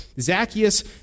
Zacchaeus